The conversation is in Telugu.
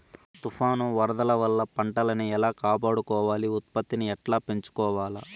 తుఫాను, వరదల వల్ల పంటలని ఎలా కాపాడుకోవాలి, ఉత్పత్తిని ఎట్లా పెంచుకోవాల?